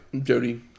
Jody